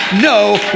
no